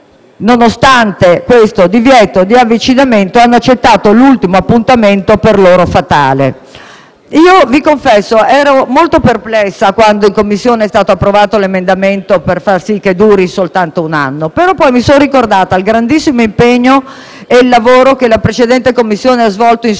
nonostante tale divieto, hanno accettato l'ultimo appuntamento per loro fatale. Vi confesso che sono stata molto perplessa quando in Commissione è stato approvato l'emendamento per far sì che la Commissione duri soltanto un anno; poi però mi sono ricordata il grandissimo impegno e il lavoro che la precedente Commissione ha svolto in